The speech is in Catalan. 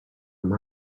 amb